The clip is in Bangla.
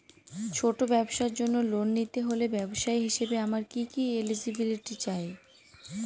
ছোট ব্যবসার জন্য লোন নিতে হলে ব্যবসায়ী হিসেবে আমার কি কি এলিজিবিলিটি চাই?